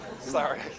Sorry